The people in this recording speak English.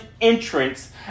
entrance